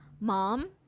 mom